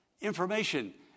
information